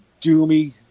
Doomy